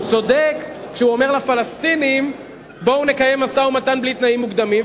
הוא צודק כשהוא אומר לפלסטינים בואו נקיים משא-ומתן בלי תנאים מוקדמים,